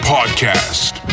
Podcast